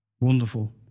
Wonderful